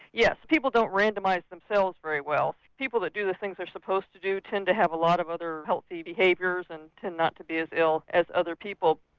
yes. people don't randomise themselves very well, people that do the things that they're supposed to do tend to have a lot of other healthy behaviours and tend not to be as ill as other people.